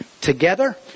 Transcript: together